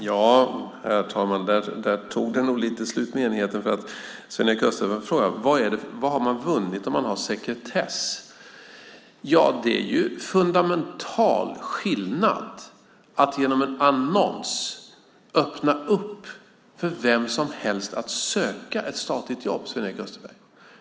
Herr talman! Där tog nog enigheten slut. Sven-Erik Österberg frågade vad man har vunnit om man har sekretess. Det är en fundamental skillnad att genom en annons öppna upp för vem som helst att söka ett statligt jobb.